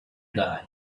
die